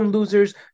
Losers